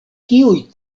kiuj